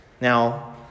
Now